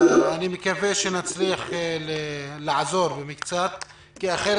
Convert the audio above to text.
אני מקווה שנצליח לעזור במקצת כי אחרת